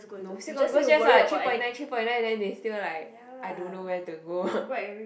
no still got people say like three point nine three point nine then they still like I don't know where to go